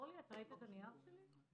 אורלי, ראית את הנייר שלי?